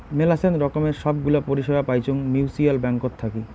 মেলাচান রকমের সব গুলা পরিষেবা পাইচুঙ মিউচ্যুয়াল ব্যাঙ্কত থাকি